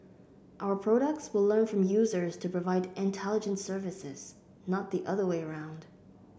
our products will learn from users to provide intelligent services not the other way around